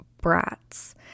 brats